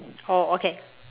oh okay